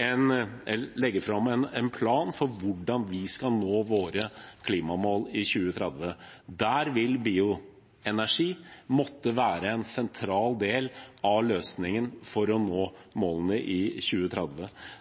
en plan for hvordan vi skal nå våre klimamål i 2030. Der vil bioenergi måtte være en sentral del av løsningen for å nå målene i 2030,